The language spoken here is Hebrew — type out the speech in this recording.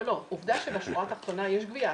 לא, עובדה שבשורה האחרונה יש גבייה.